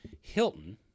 Hilton –